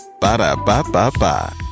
Ba-da-ba-ba-ba